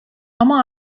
ama